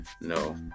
no